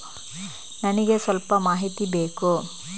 ನನಿಗೆ ಸ್ವಲ್ಪ ಮಾಹಿತಿ ಬೇಕು